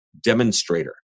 demonstrator